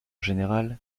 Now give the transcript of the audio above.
général